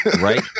Right